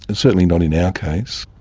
and certainly not in our case.